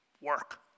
work